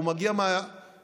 הוא מגיע מהמדינה,